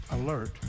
alert